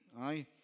Aye